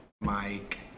Mike